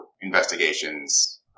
investigations